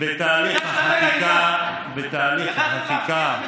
ידעתם להבטיח מצוין.